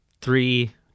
three